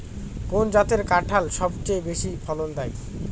কোন জাতের কাঁঠাল সবচেয়ে বেশি ফলন দেয়?